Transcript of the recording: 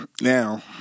Now